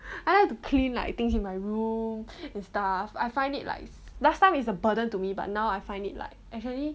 I like to clean like things in my room and stuff I find it like last time is a burden to me but now I find it like actually